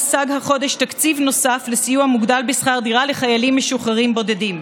הושג החודש תקציב נוסף לסיוע מוגדל בשכר דירה לחיילים משוחררים בודדים.